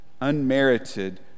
unmerited